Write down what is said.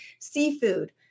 Seafood